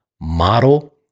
Model